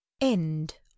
End